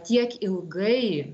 tiek ilgai